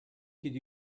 could